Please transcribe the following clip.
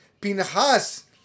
Pinchas